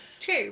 True